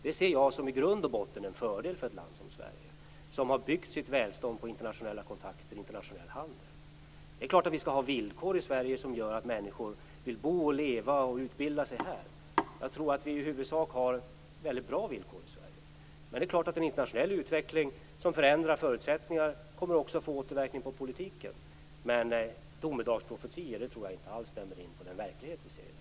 Det ser jag som i grund och botten en fördel för ett land som Sverige som har byggt sitt välstånd på internationella kontakter och internationell handel. Det är klart att vi skall ha villkor i Sverige som gör att människor vill bo, leva och utbilda sig här. Jag tror att vi i huvudsak har väldigt bra villkor i Sverige. Men det är klart att en internationell utveckling som förändrar förutsättningarna också kommer att få återverkningar på politiken. Men domedagsprofetior tror jag inte alls stämmer in på den verklighet som vi ser i dag.